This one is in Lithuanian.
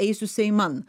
eisiu seiman